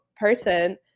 person